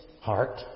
heart